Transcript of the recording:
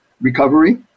recovery